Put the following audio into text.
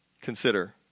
consider